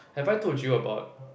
have I told you about